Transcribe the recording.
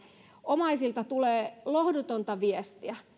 omaisilta tulee lohdutonta viestiä